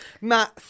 Matt